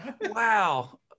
Wow